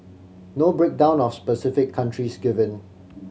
no breakdown of specific countries given